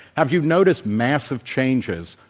have you noticed massive changes,